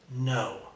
no